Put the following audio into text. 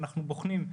אנחנו בוחנים,